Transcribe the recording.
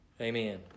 Amen